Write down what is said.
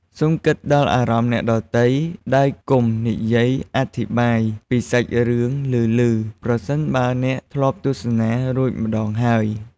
សូមគិតដល់អារម្មណ៍អ្នកដទៃ ដោយកុំនិយាយអធិប្បាយពីសាច់រឿងឮៗប្រសិនបើអ្នកធ្លាប់ទស្សនារួចម្តងហើយ។